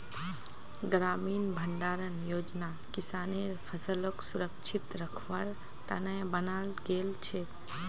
ग्रामीण भंडारण योजना किसानेर फसलक सुरक्षित रखवार त न बनाल गेल छेक